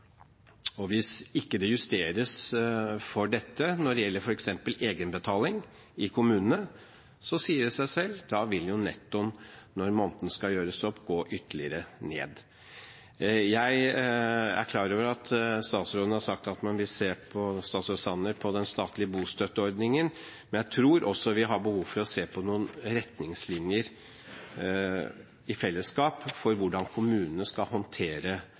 Og hvis det ikke justeres for dette når det gjelder f.eks. egenbetaling i kommunene, sier det seg selv at da vil nettoen, når måneden skal gjøres opp, gå ytterligere ned. Jeg er klar over at statsråd Sanner har sagt man vil se på den statlige bostøtteordningen, men jeg tror også vi i fellesskap har behov for å se på noen retningslinjer for hvordan kommunene skal håndtere